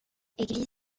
église